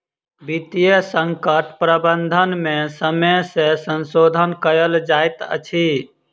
वित्तीय संकट प्रबंधन में समय सॅ संशोधन कयल जाइत अछि